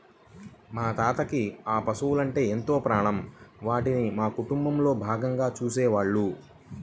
మా తాతకి ఆ పశువలంటే ఎంతో ప్రాణం, వాటిని మా కుటుంబంలో భాగంగా చూసేవాళ్ళు